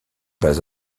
bas